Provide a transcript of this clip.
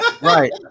Right